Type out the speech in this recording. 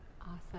Awesome